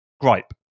gripe